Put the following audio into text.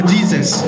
Jesus